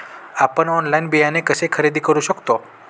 आपण ऑनलाइन बियाणे कसे खरेदी करू शकतो?